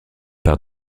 par